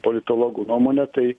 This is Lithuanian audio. politologų nuomone tai